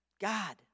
god